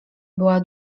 była